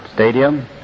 stadium